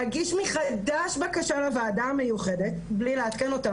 להגיש מחדש בקשה לוועדה המיוחדת - בלי לעדכן אותן,